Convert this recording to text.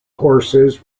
horses